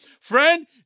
Friend